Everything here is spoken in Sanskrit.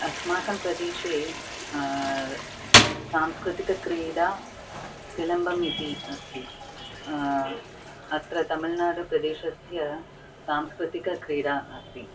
अस्माकं प्रदेशे सांस्कृतिक क्रीडा सिलम्बम् इति अस्ति अत्र तमिळ्नाडुप्रदेशस्य सांस्कृतिक क्रीडा अस्ति